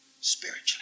spiritually